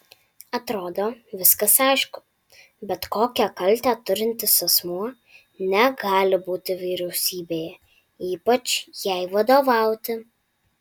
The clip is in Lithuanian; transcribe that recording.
atrodo viskas aišku bet kokią kaltę turintis asmuo negali būti vyriausybėje ypač jai vadovauti